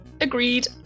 Agreed